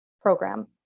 program